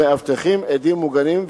המאבטחים עדים מוגנים,